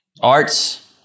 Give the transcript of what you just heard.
arts